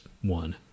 one